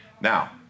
Now